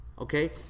Okay